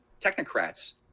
technocrats